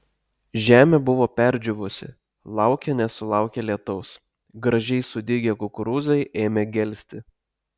žemė buvo perdžiūvusi laukė nesulaukė lietaus gražiai sudygę kukurūzai ėmė gelsti